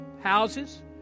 houses